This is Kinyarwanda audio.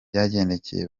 byagendekeye